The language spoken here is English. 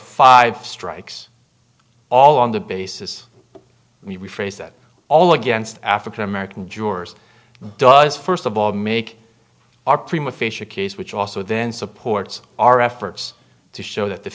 five strikes all on the basis we rephrase that all against african american jurors does first of all make our prima facia case which also then supports our efforts to show that the